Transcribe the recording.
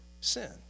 sin